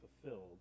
fulfilled